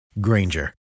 Granger